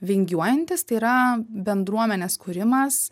vingiuojantys tai yra bendruomenės kūrimas